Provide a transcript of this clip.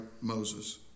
Moses